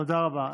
תודה רבה.